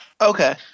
Okay